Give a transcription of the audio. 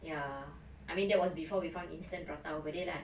ya I mean that was before we found instant prata over there lah